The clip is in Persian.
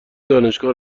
دانشگاه